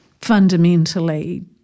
fundamentally